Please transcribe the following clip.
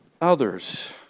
others